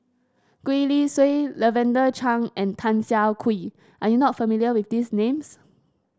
Gwee Li Sui Lavender Chang and Tan Siah Kwee are you not familiar with these names